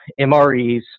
MREs